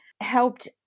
helped